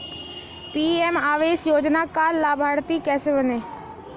PM आवास योजना का लाभर्ती कैसे बनें?